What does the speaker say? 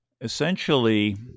Essentially